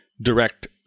direct